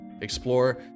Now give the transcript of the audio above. explore